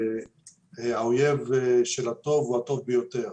שהאויב של הטוב הוא הטוב ביותר.